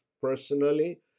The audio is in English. personally